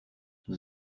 nous